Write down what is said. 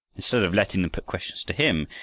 instead of letting them put questions to him,